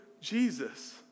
Jesus